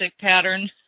pattern